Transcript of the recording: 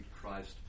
Christ